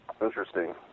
Interesting